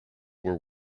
were